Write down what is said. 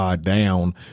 down